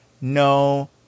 no